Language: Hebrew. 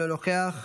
אינו נוכח,